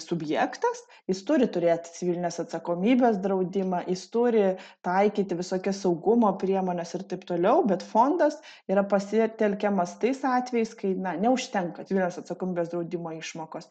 subjektas jis turi turėt civilinės atsakomybės draudimą jis turi taikyti visokias saugumo priemones ir taip toliau bet fondas yra pasitelkiamas tais atvejais kai neužtenka civilinės atsakomybės draudimo išmokos